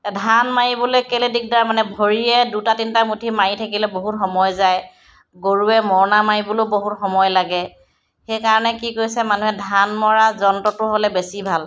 ধান মাৰিবলৈ কেলৈ দিগদাৰ মানে ভৰিয়ে দুটা তিনটা মুঠি মাৰি থাকিলে বহুত সময় যায় গৰুৱে মৰণা মাৰিবলৈও বহুত সময় লাগে সেইকাৰণে কি কৈছে মানুহে ধান মৰা যন্ত্ৰটো হ'লে বেছি ভাল